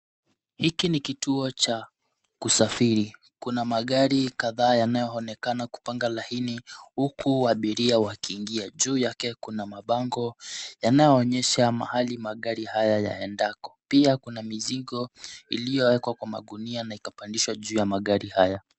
Hiki ni kituo cha kusafiri. Kuna magari kadhaa yanayoonekana kupanga laini huku abiria wakiingia. Juu yake kuna mabango yanayoonyesha mahali magari haya yaendako. Pia kuna mizigo iliyowekwa kwa magunia na ikapandishwa juu ya magari haya.